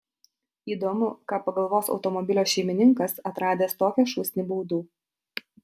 įdomu ką pagalvos automobilio šeimininkas atradęs tokią šūsnį baudų